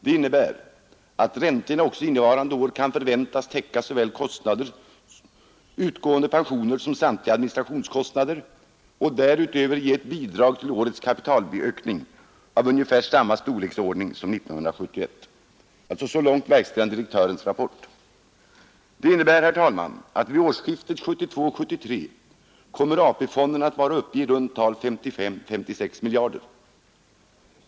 Det innebär, att räntorna också innevarande år kan förväntas täcka såväl utgående pensioner som samtliga administrationskostnader och därutöver ge ett bidrag till årets kapitalökning av ungefär samma storleksordning som 1971.” Så långt verkställande direktörens rapport. Detta innebär, herr talman, att vid årsskiftet 1972-1973 kommer AP-fonderna att vara uppe vid i runt tal 55—56 miljarder.